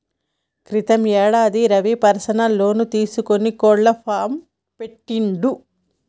క్రితం యేడాది Ravi personal loan తీసుకొని కోళ్ల ఫాం పెట్టిండు